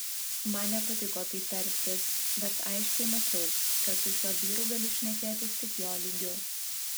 man nepatiko taip elgtis bet aiškiai mačiau kad su šiuo vyru galiu šnekėtis tik jo lygiu